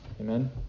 Amen